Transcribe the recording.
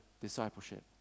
discipleship